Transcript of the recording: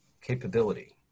capability